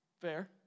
Fair